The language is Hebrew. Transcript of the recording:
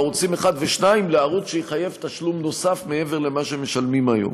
בערוצים 1 ו-2 לערוץ שיחייב תשלום נוסף מעבר למה שמשלמים היום.